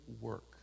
work